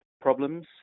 problems